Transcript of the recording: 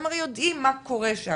שהרי הם יודעים מה קורה שם,